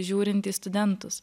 žiūrint į studentus